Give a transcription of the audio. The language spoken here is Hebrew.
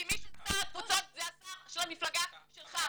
כי מי ששר התפוצות זה השר של המפלגה שלך,